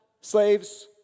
slaves